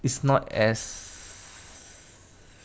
it's not as